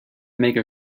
make